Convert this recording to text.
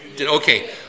Okay